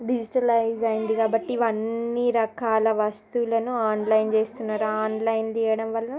digitalise అయింది కాబట్టి ఇవన్నీ రకాల వస్తువులను ఆన్లైన్ చేస్తున్నారు ఆన్లైన్ చేయడం వల్ల